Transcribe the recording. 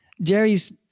Jerry's